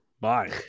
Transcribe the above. Bye